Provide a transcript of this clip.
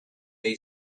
they